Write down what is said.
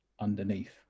underneath